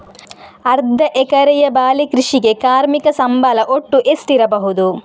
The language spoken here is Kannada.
ಅರ್ಧ ಎಕರೆಯ ಬಾಳೆ ಕೃಷಿಗೆ ಕಾರ್ಮಿಕ ಸಂಬಳ ಒಟ್ಟು ಎಷ್ಟಿರಬಹುದು?